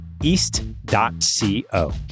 east.co